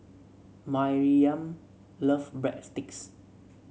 Maryam love Breadsticks